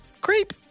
creep